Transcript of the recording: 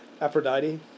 Aphrodite